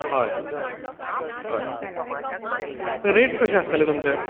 हय हय रेट्स कशें आसतलें तुमचें